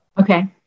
Okay